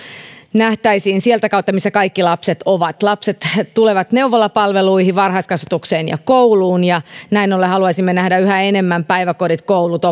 nähtäisiin niiden kautta missä kaikki lapset ovat lapset tulevat neuvolapalveluihin varhaiskasvatukseen ja kouluun ja näin ollen haluaisimme nähdä yhä enemmän päiväkodit koulut